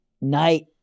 night